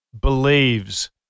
believes